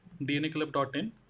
dnaclub.in